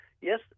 yes